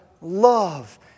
love